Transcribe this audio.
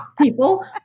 people